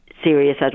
serious